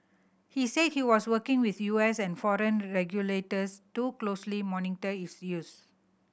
he said he was working with U S and foreign regulators to closely monitor its use